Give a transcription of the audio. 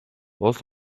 улс